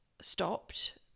stopped